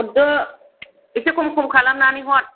हरदो एसे खम खम खालामनानै हर